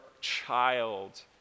child